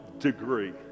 degree